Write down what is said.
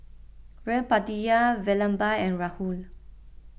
Veerapandiya Vallabhbhai and Rahul